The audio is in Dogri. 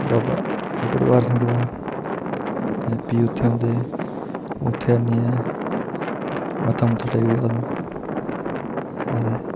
बाबा भडबाड़ सिंह दा फ्ही उत्थें उं'दे उत्थें उत्थै आनियै मत्था मुत्था टेकेआ ते हां ते